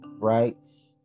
rights